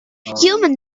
human